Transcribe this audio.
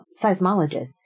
seismologists